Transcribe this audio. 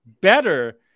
better